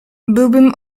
byłbym